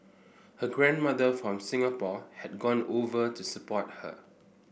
her grandmother from Singapore had gone over to support her